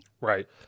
right